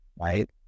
Right